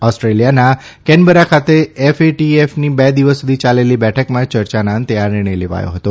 ઓસ્ટ્રેલિયાના કેનબરા ખાતે એફએટીએફની બે દિવસ સુધી યાલેલી બેઠકમાં યર્યાના અંતે આ નિર્ણય લેવાયો હતો